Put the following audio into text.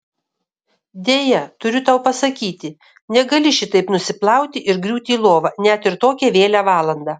deja turiu tau pasakyti negali šitaip nusiplauti ir griūti į lovą net ir tokią vėlią valandą